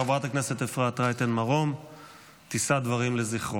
חברת הכנסת אפרת רייטן מרום תישא דברים לזכרו.